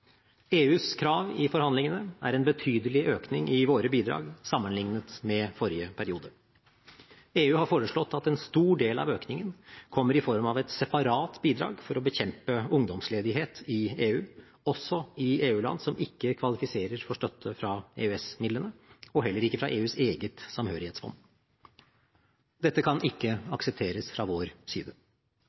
EUs krav i forhandlingene er en betydelig økning i våre bidrag sammenliknet med forrige periode. EU har foreslått at en stor del av økningen kommer i form av et separat bidrag til å bekjempe ungdomsledighet i EU, også i EU-land som ikke kvalifiserer til støtte fra EØS-midlene eller fra EUs eget samhørighetsfond. Dette kan ikke aksepteres fra vår side.